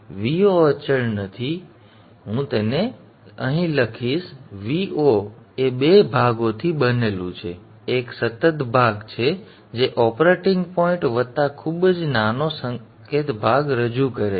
હવે Vo અચળ નથી Vo ખરેખર છે હું તેને અહીં લખીશ Vo એ બે ભાગોથી બનેલું છે એક સતત ભાગ છે જે ઓપરેટિંગ પોઇન્ટ વત્તા ખૂબ જ નાનો સંકેત ભાગ રજૂ કરે છે